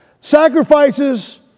Sacrifices